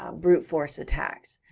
ah brute force attacks,